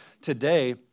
today